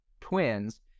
twins